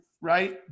right